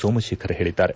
ಸೋಮಶೇಖರ್ ಹೇಳಿದ್ದಾರೆ